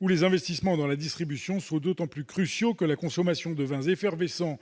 où les investissements dans la distribution sont d'autant plus cruciaux que la consommation de vins effervescents,